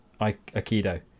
Aikido